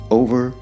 over